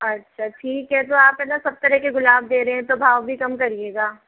अच्छा ठीक है तो आप है ना सब तरह के गुलाब दे रहे है तो भाव भी कम करियेगा